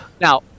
now